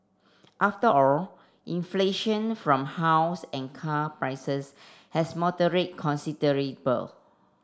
after all inflation from house and car prices has moderated considerable